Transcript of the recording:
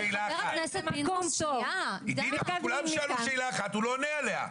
עידית, כולם שאלו שאלה אחת והוא לא עונה עליה.